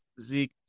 Zeke